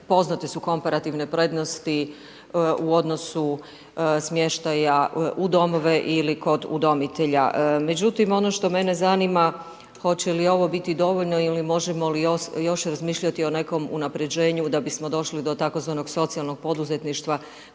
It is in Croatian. poznate su komparativne prednosti u odnosu smještaja u domove ili kod udomitelja. Međutim, ono što mene zanima, hoće li ovo biti dovoljno i možemo li još razmišljati o nekom unaprijeđenu, da bismo došli do tzv. socijalnog poduzetništva,